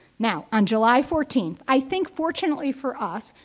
now, on july fourteenth, i think fortunately for us,